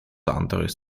anderes